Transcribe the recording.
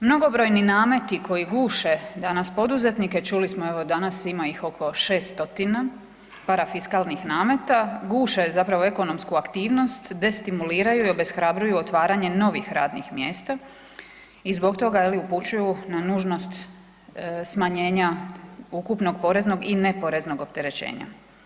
Mnogobrojni nameti koji guše danas poduzetnike, čuli smo evo danas ima ih oko 600 parafiskalnih nameta, guše zapravo ekonomsku aktivnost, destimuliraju i obeshrabruju otvaranje novih radnih mjesta i zbog toga je li upućuju na nužnost smanjenja ukupnog poreznog i neporeznog opterećenja.